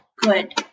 Good